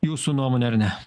jūsų nuomone ar ne